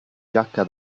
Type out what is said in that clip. giacca